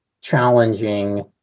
challenging